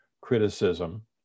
criticism